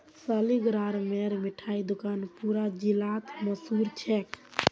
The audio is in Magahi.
सालिगरामेर मिठाई दुकान पूरा जिलात मशहूर छेक